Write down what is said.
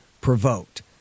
Provoked